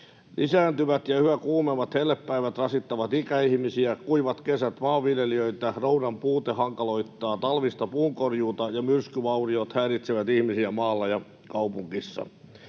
Lisääntyvät ja yhä kuumemmat hellepäivät rasittavat ikäihmisiä ja kuivat kesät maanviljelijöitä, roudan puute hankaloittaa talvista puunkorjuuta, ja myrskyvauriot häiritsevät ihmisiä maalla ja kaupungeissa.